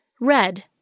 Red